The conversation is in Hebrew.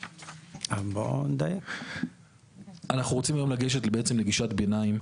אנחנו רוצים היום לגשת בעצם לגישת ביניים,